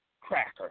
cracker